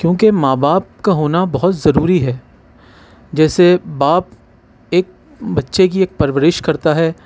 کیونکہ ماں باپ کا ہونا بہت ضروری ہے جیسے باپ ایک بچے کی ایک پرورش کرتا ہے